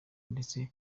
ndetse